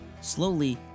Slowly